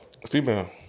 Female